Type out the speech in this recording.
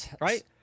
Right